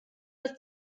ist